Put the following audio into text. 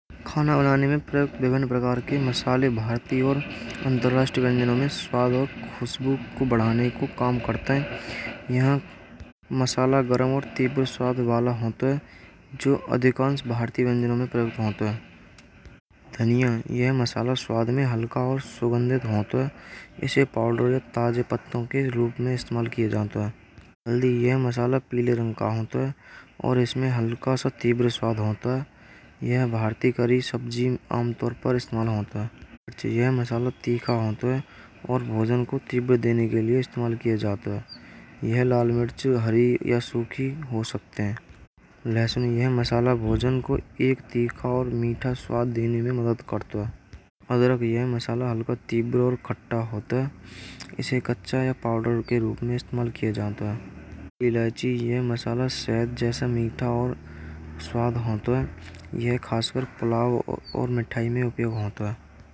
खाना बनाने में प्रयोग विभिन्न प्रकार के मसाले भरती और अंतरराष्ट्रीय व्यंजनों में स्वागत खुशबू को बढ़ाने को काम करता है। यहां मसाला गरम और स्वाद वाला होता है। जो अधिकांश भारतीय व्यंजनों में प्रयुक्त होता है। धनिया, ये मसाला स्वाद में हल्का और सुगंधित हो, तो इसे पाउडर ताज़े बंडों के रूप में इस्तेमाल किये जाते हैं। जल्दी यह मसाला प्ले रंग पाय और इसमें हल्का सातिब रस होता है। यह भारतीय करी सब्जी आमतौर पर स्नान होता है अच्छा। यह मसाला तीखा होता है और भोजन को दिव्य। देने के लिए इस्तेमाल किया जाता है। यह लाल हरी या सूखी हो सकते हैं। लहसुन नहीं है मसाला भोजन को एक्टिक और मीठा स्वाद देने में मदद करता है। अगर अब ये है मसाला हल्का होता है, इसे कच्चा या पाउडर के रूप में इस्तेमाल किया जाता है। इलायची, यह मसाला शायद जैसा मीठा और स्वाद होता है। यह खासकर पुलाव और मिठाई में उपयोग होता है।